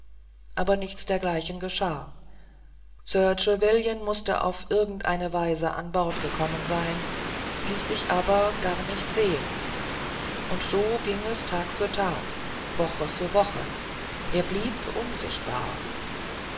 aber nichts dergleichen geschah sir trevelyan mußte auf irgendeine weise an bord gekommen sein ließ sich aber gar nicht sehen und so ging es tag für tag woche für woche er blieb unsichtbar